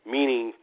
Meaning